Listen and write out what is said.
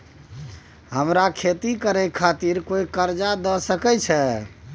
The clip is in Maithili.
हमरा खेती करे खातिर कोय कर्जा द सकय छै?